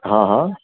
હા હા